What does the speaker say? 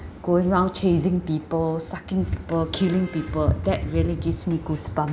going around chasing people sucking people killing people that really gives me goosebump